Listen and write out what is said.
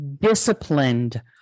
disciplined